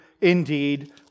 indeed